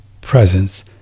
presence